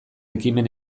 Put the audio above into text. ekimen